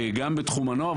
גם בתחום הנוער,